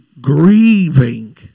grieving